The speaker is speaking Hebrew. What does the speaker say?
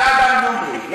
אתה אדם דוגרי.